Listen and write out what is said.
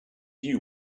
you